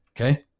Okay